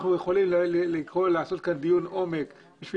אנחנו יכולים לעשות כאן דיון עומק כדי